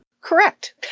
Correct